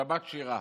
שבת שירה,